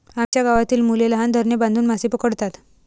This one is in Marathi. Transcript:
आमच्या गावातील मुले लहान धरणे बांधून मासे पकडतात